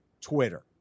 Twitter